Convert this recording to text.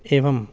एवं